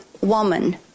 woman